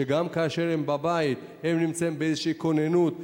שגם כאשר הם בבית הם נמצאים באיזו כוננות,